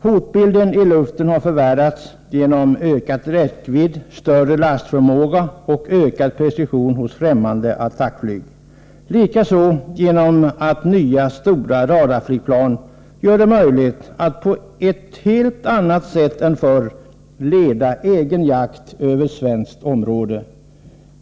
Hotbilden i luften har förvärrats genom ökad räckvidd, större lastförmåga och ökad precision hos främmande attackflyg, och likaså genom att nya stora radarflygplan gör det möjligt att på ett helt annat sätt än förr leda jakt över svenskt område.